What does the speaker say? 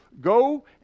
go